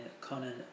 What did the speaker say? Conan